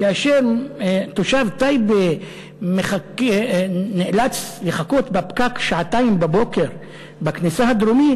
כאשר תושב טייבה נאלץ לחכות בפקק שעתיים בבוקר בכניסה הדרומית,